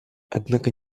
однако